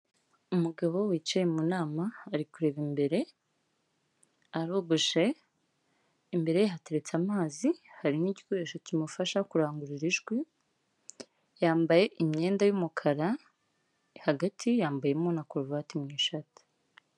Umugabo wicaye mu nama ari kureba imbere, arogoshe imbere hateretse amazi, hari n'igikoresho kimufasha kurangurura ijwi, yambaye imyenda y'umukara, hagati yambayemo na karuvati mu ishati.